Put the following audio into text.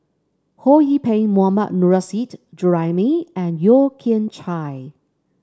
Ho Yee Ping Mohammad Nurrasyid Juraimi and Yeo Kian Chai